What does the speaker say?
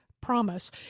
promise